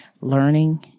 learning